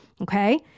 okay